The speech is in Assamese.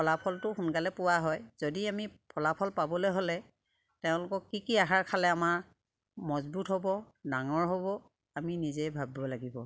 ফলাফলটো সোনকালে পোৱা হয় যদি আমি ফলাফল পাবলে হ'লে তেওঁলোকক কি কি আহাৰ খালে আমাৰ মজবুত হ'ব ডাঙৰ হ'ব আমি নিজেই ভাবিব লাগিব